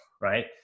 right